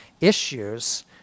issues